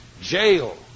jail